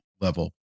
level